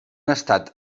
estat